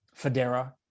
Federa